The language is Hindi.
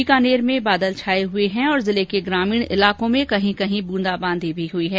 बीकानेर में बादल छाए हुए हैं और जिले के ग्रामीण इलाकों में कहीं कहीं बूंदाबांदी भी हुई है